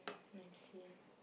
I see